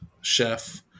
chef